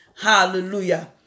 Hallelujah